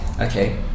Okay